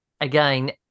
Again